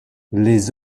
les